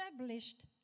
established